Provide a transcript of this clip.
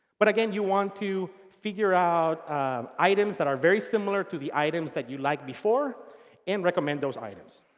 but, again, you want to figure out items that are very similar to the items that you like before and recommend those items.